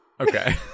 Okay